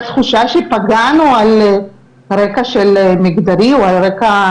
תחושה שפגענו על רקע מגדרי או על רקע